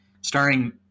starring